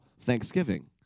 Thanksgiving